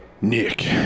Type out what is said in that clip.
Nick